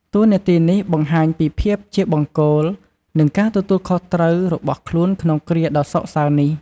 តួនាទីនេះបង្ហាញពីភាពជាបង្គោល និងការទទួលខុសត្រូវរបស់ខ្លួនក្នុងគ្រាដ៏សោកសៅនេះ។